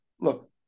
look